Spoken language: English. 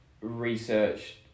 research